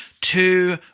two